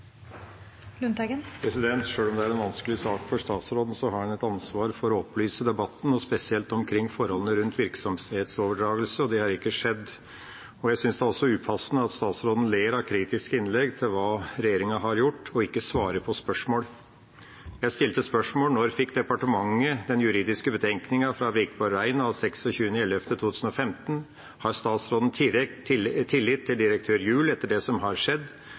Lundteigen har hatt ordet to ganger tidligere og får ordet til en kort merknad, begrenset til 1 minutt. Sjøl om det er en vanskelig sak for statsråden, har han et ansvar for å opplyse debatten, spesielt omkring forholdene rundt virksomhetsoverdragelse, og det har ikke skjedd. Jeg synes også det er upassende at statsråden ler av kritiske innlegg om hva regjeringa har gjort, og ikke svarer på spørsmål. Jeg stilte spørsmålene: Når fikk departementet den juridiske betenkningen fra Wikborg Rein av 26. november 2015? Har statsråden tillit til direktør Juell etter det som har skjedd?